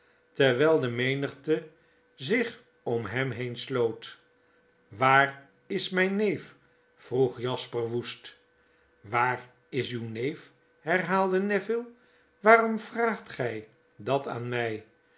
terwijl de menigte zich om hem heen sloot wfiar is myn neef vroeg jasper woest waar is uw neef herhaalde neville waarom vraagt gy dat aan mij